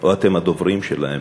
או אתם הדוברים שלהם.